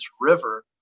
river